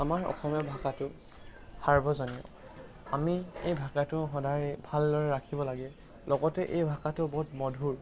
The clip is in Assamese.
আমাৰ অসমীয়া ভাষাটো সাৰ্বজনীয় আমি এই ভাষাটো সদায় ভালদৰে ৰাখিব লাগে লগতে এই ভাষাটো বহুত মধুৰ